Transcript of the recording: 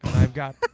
i've got.